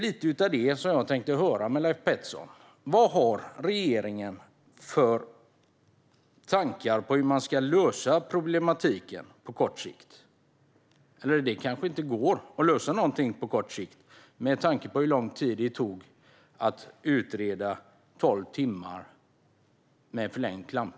Vilka tankar har regeringen när det gäller att lösa problematiken på kort sikt, Leif Pettersson? Men det kanske inte går att lösa på kort sikt, med tanke på hur lång tid det tog att utreda tolv timmars förlängd klampning.